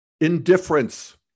indifference